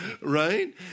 Right